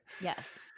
Yes